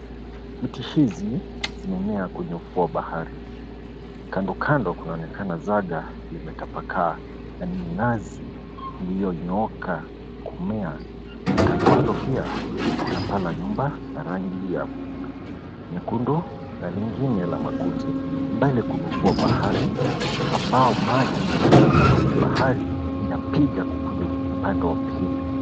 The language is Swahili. Miti hizi zimemea kwenye ufuo wa bahari. Kandokando kunaonekana zaga limetapakaa na minazi iliyonyooka kumea, na kando kando pia kuna paa la nyumba la rangi ya nyekundu na lingine la makuti. Mbele kuna ufuo wa bahari ambao maji ama maji ya bahari inapiga kukuja upande wa pili.